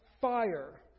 fire